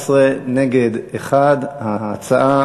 11, נגד, 1. ההצעה